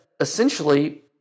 essentially